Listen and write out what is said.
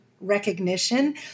recognition